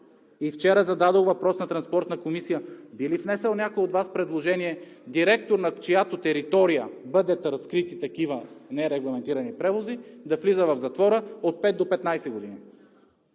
зададох въпрос: би ли внесъл някой от Вас предложение директор, на чиято територия бъдат разкрити такива нерегламентирани превози, да влиза в затвора от 5 до 15 години?